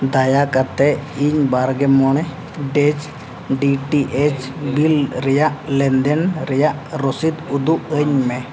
ᱫᱟᱭᱟ ᱠᱟᱛᱮᱫ ᱤᱧ ᱵᱟᱨ ᱜᱮ ᱢᱚᱬᱮ ᱰᱮᱡᱽ ᱰᱤ ᱴᱤ ᱮᱭᱤᱡᱽ ᱵᱤᱞ ᱨᱮᱭᱟᱜ ᱞᱮᱱᱫᱮᱱ ᱨᱮᱭᱟᱜ ᱨᱚᱥᱤᱫ ᱩᱫᱩᱜ ᱟᱹᱧ ᱢᱮ